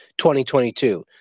2022